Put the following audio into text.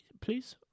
please